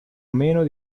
meno